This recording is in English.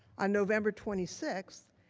on november twenty six,